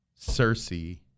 Cersei